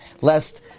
lest